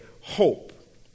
hope